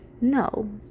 No